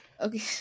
Okay